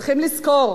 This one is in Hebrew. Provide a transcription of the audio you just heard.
צריכים לזכור